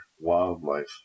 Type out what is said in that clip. wildlife